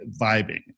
vibing